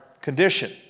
condition